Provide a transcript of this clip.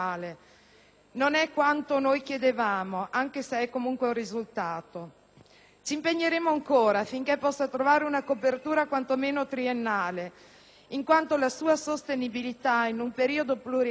non è quanto chiedevamo, anche se è comunque un risultato; ci impegneremo ancora, affinché possa trovare una copertura, quantomeno triennale, in quanto la sua sostenibilità in un periodo pluriennale